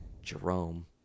Jerome